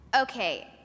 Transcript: Okay